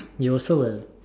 you also will